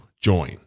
join